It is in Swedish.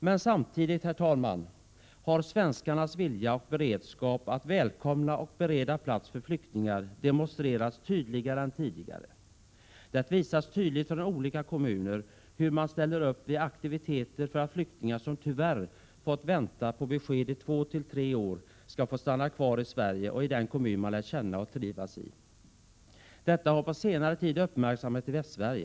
Men samtidigt, herr talman, har svenskarnas vilja och beredskap att välkomna och bereda plats för flyktingar demonstrerats tydligare än tidigare. I olika kommuner har man ställt upp vid aktiviteter för att flyktingar som tyvärr fått vänta på besked i två tre år skall få stanna kvar i Sverige och i den kommun som de lärt känna och trivs i. Sådana fall har på senare tid uppmärksammats i Västsverige.